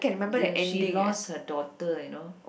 does she lost her daughter you know